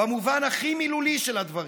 במובן הכי מילולי של הדברים,